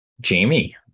Jamie